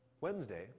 Wednesday